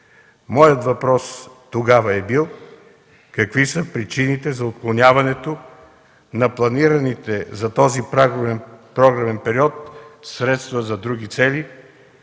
Моят въпрос тогава е бил: какви са причините за отклоняването на планираните за този програмен период средства за други цели,